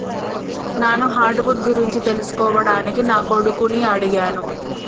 నాను hardwood గురించి తెలుసుకోవడానికి నా కొడుకుని అడిగాను